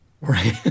Right